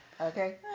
Okay